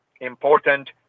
important